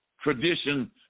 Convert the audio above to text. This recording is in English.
tradition